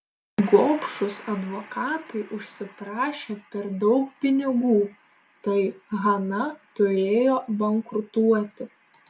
gobšūs advokatai užsiprašė per daug pinigų tai hana turėjo bankrutuoti